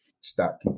Stop